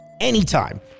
anytime